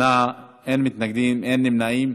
בעד, 8, אין מתנגדים, אין נמנעים.